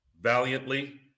valiantly